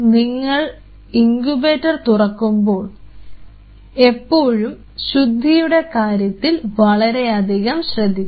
നിങ്ങൾ ഇങ്കുബേറ്റർ തുറക്കുമ്പോൾ എപ്പോഴും ശുദ്ധിയുടെ കാര്യത്തിൽ വളരെയധികം ശ്രദ്ധിക്കുക